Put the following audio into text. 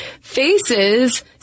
faces